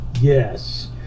Yes